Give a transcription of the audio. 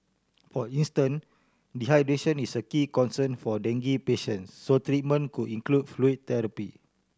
for instance dehydration is a key concern for dengue patient so treatment could include fluid therapy